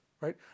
right